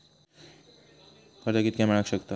कर्ज कितक्या मेलाक शकता?